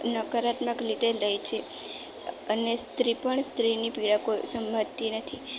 નકારાત્મક રીતે લે છે અને સ્ત્રી પણ સ્ત્રીની પીડા કોઈ સમજતી નથી